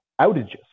outages